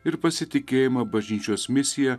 ir pasitikėjimą bažnyčios misija